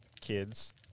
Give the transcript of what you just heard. kids